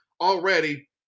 already